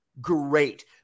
Great